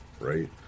Right